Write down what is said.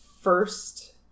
first